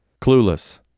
Clueless